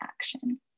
action